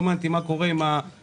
לא מעניין אותי מה קורה עם האזרחים.